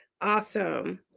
Awesome